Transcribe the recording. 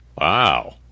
Wow